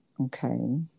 okay